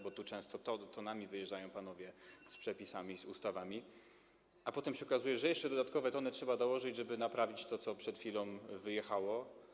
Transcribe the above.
Bo tu często tonami wyjeżdżają panowie z przepisami, ustawami, a potem okazuje się, że jeszcze dodatkowe tony trzeba dołożyć, żeby naprawić to, co przed chwilą wyjechało.